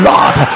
Lord